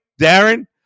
Darren